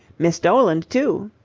miss doland, too.